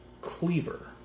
cleaver